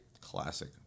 Classic